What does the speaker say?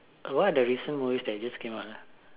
what are the recent movies that just came out ah